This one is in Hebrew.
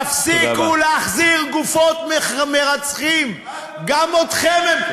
תפסיקו להחזיר גופות מרצחים, גם אתכם הם, מה אתה